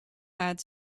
had